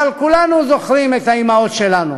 אבל כולנו זוכרים את האימהות שלנו.